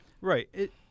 Right